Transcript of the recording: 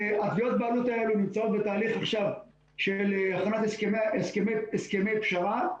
תביעות הבעלות האלה נמצאות בתהליך עכשיו של הכנה להסכמי פשרה.